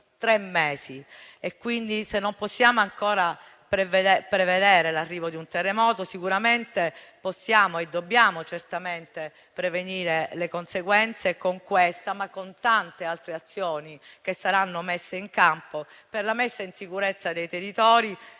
tre mesi e quindi, se non possiamo ancora prevedere l'arrivo di un terremoto, sicuramente possiamo e dobbiamo prevenirne le conseguenze, con questa e con tante altre azioni che saranno messe in campo per la messa in sicurezza dei territori